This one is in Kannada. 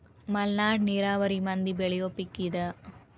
ಮಲ್ನಾಡ ನೇರಾವರಿ ಮಂದಿ ಬೆಳಿಯುವ ಪಿಕ್ ಇದ